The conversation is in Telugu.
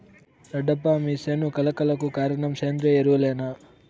రెడ్డప్ప మీ సేను కళ కళకు కారణం సేంద్రీయ ఎరువులేనా